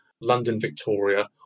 London-Victoria